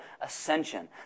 ascension